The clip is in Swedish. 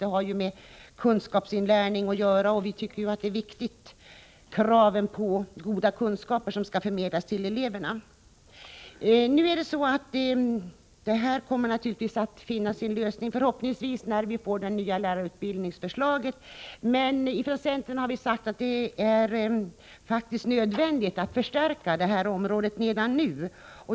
Det har med kunskapsinlärning att göra. Vi tycker att det är viktigt att kräva att det är goda kunskaper som skall förmedlas till eleverna. Denna fråga kommer naturligtvis att finna sin lösning, förhoppningsvis när vi får det nya lärarutbildningsförslaget. Men i centern har vi sagt att det faktiskt är nödvändigt att förstärka detta område redan nu.